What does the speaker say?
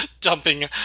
dumping